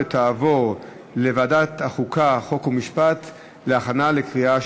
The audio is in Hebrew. התשע"ד 2014, לוועדת החוקה, חוק ומשפט נתקבלה.